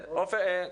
הצבעה אושר.